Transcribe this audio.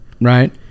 Right